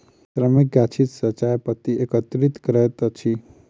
श्रमिक गाछी सॅ चाय पत्ती एकत्रित करैत अछि